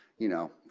you know,